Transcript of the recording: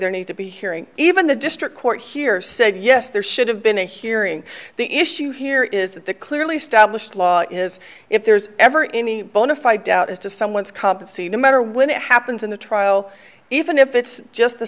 there need to be hearing even the district court here said yes there should have been a hearing the issue here is that the clearly established law is if there's ever any bonafide doubt as to someone's compazine matter when it happens in the trial even if it's just